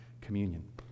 communion